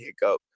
hiccup